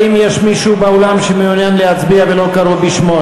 האם יש מישהו באולם שמעוניין להצביע ולא קראו בשמו?